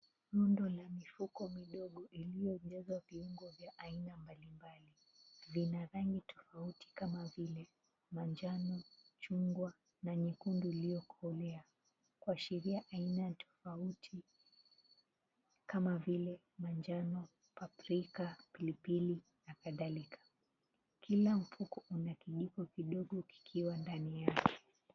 Miundo la mifuko midogo ilijazwa viungo vya aina mbalimbali, vina rangi tofauti kama vile manjano, chungwa na nyekundu iliyokolea kuashiria aina tofauti kama vile manjano, paprika, pilipili na kadhalika. Kila mfuko una kijigo kidogo kikiwa ndani yake.